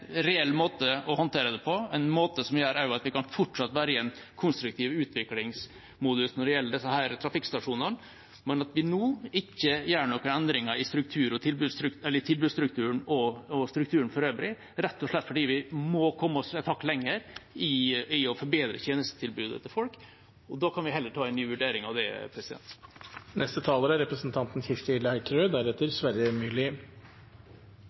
måte som også gjør at vi fortsatt kan være i en konstruktiv utviklingsmodus når det gjelder disse trafikkstasjonene, men at vi nå ikke gjør noen endringer i tilbudsstrukturen og strukturen for øvrig, rett og slett fordi vi må komme oss et hakk lenger i å forbedre tjenestetilbudet til folk. Da kan vi heller ta en ny vurdering av det. Først til representanten Orten: Det folk ute reagerer på, er